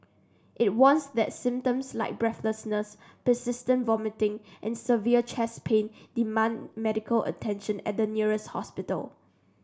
it warns that symptoms like breathlessness persistent vomiting and severe chest pain demand medical attention at the nearest hospital